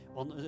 Want